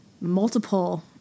multiple